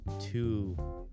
two